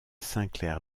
sinclair